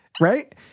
Right